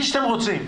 עזבי שאתם רוצים.